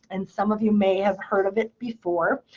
and some of you may have heard of it before.